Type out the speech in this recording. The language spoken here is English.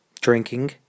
drinking